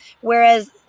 whereas